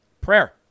Prayer